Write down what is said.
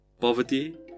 Poverty